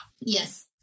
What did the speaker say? Yes